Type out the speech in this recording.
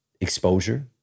exposure